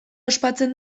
ospatzen